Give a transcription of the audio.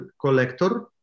Collector